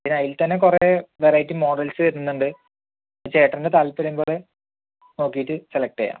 പിന്നെ അതിൽ തന്നെ കുറെ വെറൈറ്റി മോഡൽസ് വരുന്നുണ്ട് ചേട്ടന് താൽപര്യം പോലെ നോക്കിയിട്ട് സെലക്ട് ചെയ്യാം